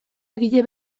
egile